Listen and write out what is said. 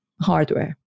hardware